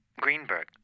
Greenberg